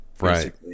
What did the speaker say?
right